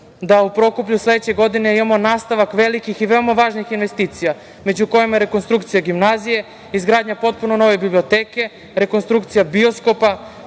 da u Prokuplju sledeće godine imamo nastavak velikih i veoma važnih investicija među kojima je rekonstrukcija gimnazije, izgradnja potpuno nove biblioteke, rekonstrukcija bioskopa,